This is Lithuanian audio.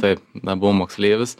taip dar buvau moksleivis